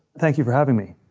thank you for having me.